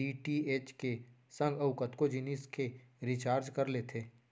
DTH के संग अउ कतको जिनिस के रिचार्ज कर लेथे